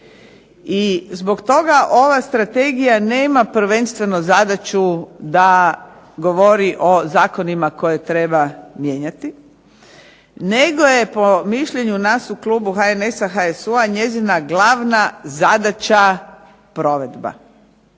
I zbog toga ova strategija nema prvenstveno zadaću da govori o zakonima koje treba mijenjati, nego je po mišljenju nas u klubu HNS-a, HSU-a njezina glavna zadaća provedba.